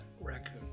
raccoon